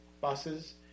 buses